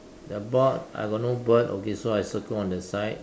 the board I got no bird okay so I circle on the side